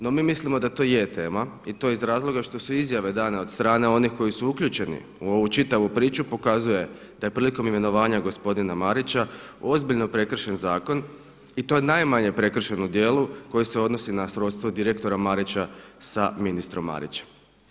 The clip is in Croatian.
No mi mislimo da to i je tema i to iz razloga što su izjave dane od strane onih koji su uključeni u ovu čitavu priču pokazuje da je prilikom imenovanja gospodina Marića ozbiljno prekršen zakon i to najmanje prekršen u djelu koji se odnosi na srodstvo direktora Marića sa ministrom Marićem.